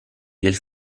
del